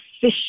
Fish